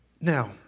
Now